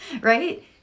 Right